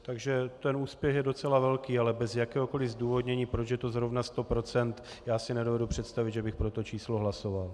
Takže ten úspěch je docela velký, ale bez jakéhokoli zdůvodnění, proč je to zrovna 100 %, já si nedovedu představit, že bych pro to číslo hlasoval.